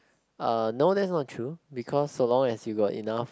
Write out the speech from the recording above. uh no that's not true because so long as you got enough